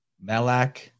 Malak